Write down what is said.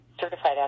certified